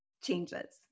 changes